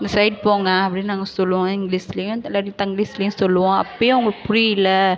இந்த சைட் போங்க அப்படீன்னு நாங்கள் சொல்லுவோம் இங்கிலிஷிலயே இல்லாட்டி தங்கிலிஷ்லயும் சொல்லுவோம் அப்போயும் அவங்களுக்கு புரியல